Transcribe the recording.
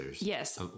Yes